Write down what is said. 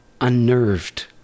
unnerved